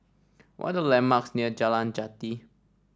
what the landmarks near Jalan Jati